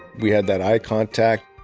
we had that eye contact,